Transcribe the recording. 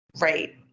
right